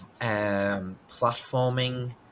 platforming